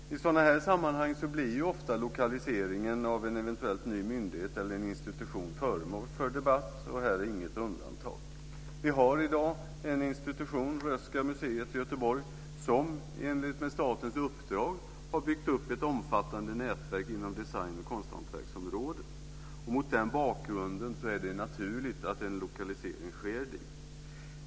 I sådana här sammanhang blir ofta lokaliseringen av en eventuell ny myndighet eller institution föremål för debatt, och det här är inget undantag. Vi har i dag en institution, Röhsska museet i Göteborg, som i enlighet med statens uppdrag har byggt upp ett omfattande nätverk inom design och konsthantverksområdet. Mot den bakgrunden är det naturligt att en lokalisering sker dit.